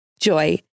Joy